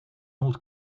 old